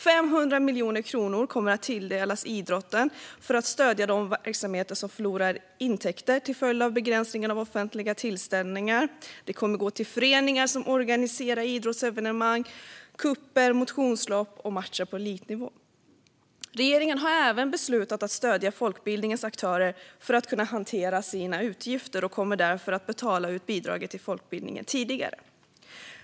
500 miljoner kronor kommer att tilldelas idrotten för att stödja de verksamheter som förlorar intäkter till följd av begränsningen av offentliga tillställningar. Det kommer att gå till föreningar som organiserar idrottsevenemang, cuper, motionslopp och matcher på elitnivå. Regeringen har även beslutat att stödja folkbildningens aktörer för att de ska kunna hantera sina utgifter och kommer därför att betala ut bidraget till folkbildningen tidigare.